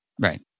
Right